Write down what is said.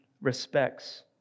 respects